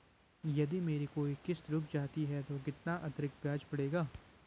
यदि मेरी कोई किश्त रुक जाती है तो कितना अतरिक्त ब्याज पड़ेगा?